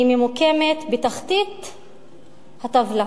היא ממוקמת בתחתית הטבלה.